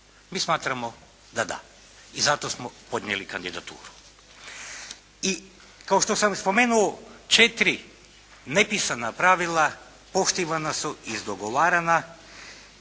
Mi smatramo da da i zato smo podnijeli kandidaturu. I kao što sam spomenuo četiri nepisana pravila poštivana su i izdogovarana